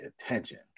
attention